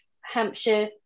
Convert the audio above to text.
Hampshire